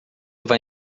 vai